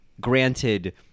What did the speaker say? granted